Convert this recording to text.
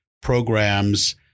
programs